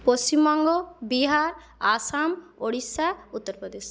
Paschimbanga Bihar Assam Orissa Uttar Pradesh